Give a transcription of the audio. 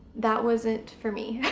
that wasn't for me.